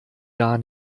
gar